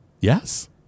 Yes